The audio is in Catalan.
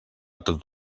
tot